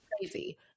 crazy